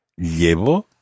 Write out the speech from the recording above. Llevo